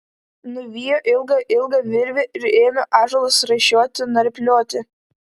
nuvijo ilgą ilgą virvę ir ėmė ąžuolus raišioti narplioti